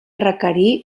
requerir